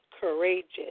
courageous